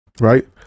Right